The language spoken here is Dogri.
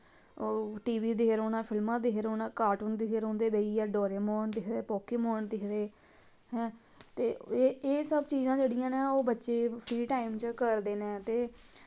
टी वी दिखदे रौह्ना फिल्मां रौह्ना कार्टून दिखदे रौंह्दे बेहियै डोरेमोन दिखदे पोकेमोन दिखदे हैं ते एह् सब चीज़ां जेह्ड़ियां न ओह् बच्चे फ्री टैम च करदे नै ते